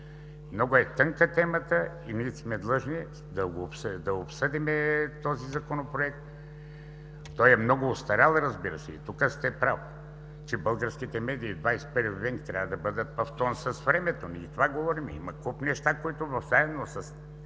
много е тънка темата и сме длъжни да обсъдим този законопроект. Той е много остарял, разбира се, и тук сте прав, че българските медии в XX век трябва да бъдат в тон с времето. Нали за това говорим?! Има куп неща. Заедно с